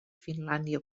finlàndia